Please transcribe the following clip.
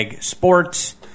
sports